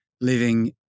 living